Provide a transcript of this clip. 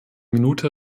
minute